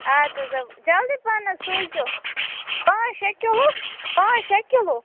اَدٕ حظ جلدی پہن حظ سوٗزیو پانٛژھ شےٚ کِلوٗ پانٛژھ شےٚ کِلوٗ